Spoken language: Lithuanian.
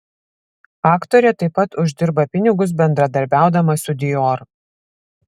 aktorė taip pat uždirba pinigus bendradarbiaudama su dior